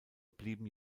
blieben